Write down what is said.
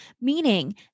meaning